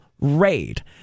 raid